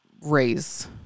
raise